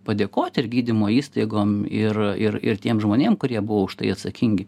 padėkot ir gydymo įstaigom ir ir ir tiem žmonėm kurie buvo už tai atsakingi